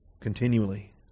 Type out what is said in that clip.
Continually